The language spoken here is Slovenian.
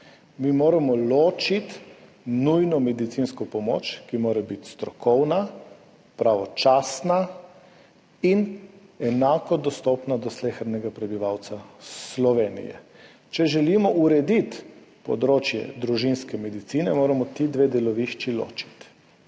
Mi moramo ločiti nujno medicinsko pomoč, ki mora biti strokovna, pravočasna in enako dostopna za slehernega prebivalca Slovenije. Če želimo urediti področje družinske medicine, moramo ti dve delovišči ločiti.